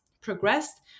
progressed